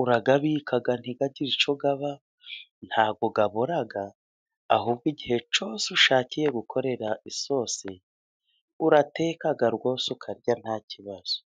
urayabika ntagire icyo aba, nta bwo abora, ahubwo igihe cyose ushakiye gukorera isosi urateka rwose ukarya nta kibazo.